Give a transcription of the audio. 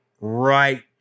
right